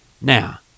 Now